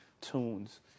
tunes